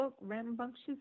rambunctious